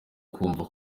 kumva